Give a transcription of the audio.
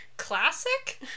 classic